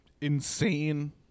insane